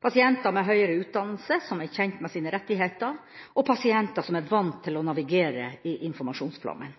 pasienter med høyere utdannelse som er kjent med sine rettigheter, og pasienter som er vant til å navigere i informasjonsflommen.